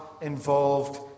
involved